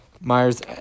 Myers